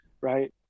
right